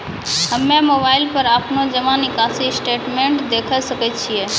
हम्मय मोबाइल पर अपनो जमा निकासी स्टेटमेंट देखय सकय छियै?